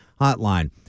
hotline